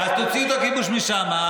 אז תוציאו את הכיבוש משם,